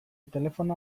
telefono